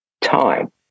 time